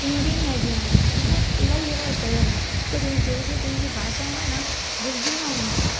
सिंधी में अॻियां वधूं तीअं अलाई अहिड़ा शहर आहिनि क जंहिंजे पंहिंजी भाषाऊं आहे न भुलजंदो वञे पियो